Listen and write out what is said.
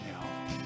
now